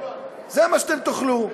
זה מה שאתם תאכלו.